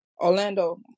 Orlando